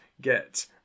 get